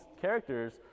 characters